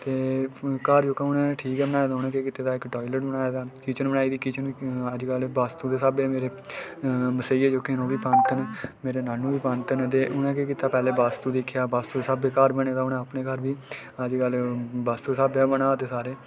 ते घर जेह्का हून ठीक ऐ बनाए दा उ'नें केह् कीता दा इक टायलेट बनाए दा इक किचन बनाई दी किचन अजकल वास्तु दे स्हाबे मेरे मसेइया जेह्के ओह्बी पंत न मेरे नानू बी पंत न ते उनें केह् कीता पैह्लें वास्तु दिक्खेआ वास्तु दे स्हाबै घर बने दा ऐ उनें अपना घर बी अजकल वास्तु दे स्हाबै बना दे सारे